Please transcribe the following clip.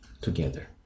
together